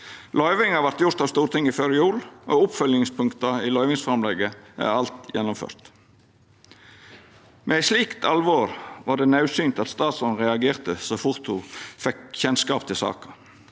Løyvinga vart gjord av Stortinget før jol, og oppfølgingspunkta i løyvingsframlegget er alt gjennomførte. Med eit slikt alvor var det naudsynt at statsråden reagerte så fort ho fekk kjennskap til saka.